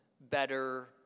better